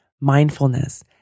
mindfulness